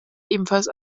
ebenfalls